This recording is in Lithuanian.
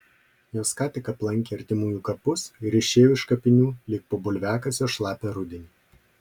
jos ką tik aplankė artimųjų kapus ir išėjo iš kapinių lyg po bulviakasio šlapią rudenį